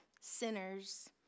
sinners